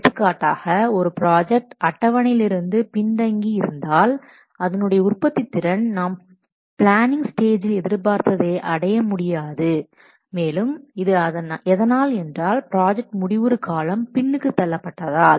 எடுத்துக்காட்டாக ஒரு ப்ராஜெக்ட் அட்டவணையிலிருந்து பின் தங்கி இருந்தால் அதனுடைய உற்பத்தி திறன் நாம் பிளானிங் ஸ்டேஜில் எதிர்பார்த்ததை அடையமுடியாது மேலும் இது எதனால் என்றால் ப்ராஜெக்ட் முடிவுறும் காலம் பின்னுக்கு தள்ளப்பட்டதால்